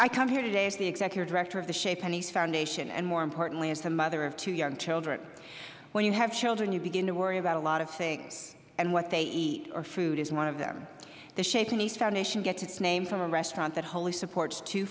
i come here today as the executive director of the chez panisse foundation and more importantly as the mother of two young children when you have children you begin to worry about a lot of things and what they eat or food is one of them the chez panisse foundation gets its name from a restaurant that wholly supports two